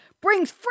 Brings